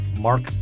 Mark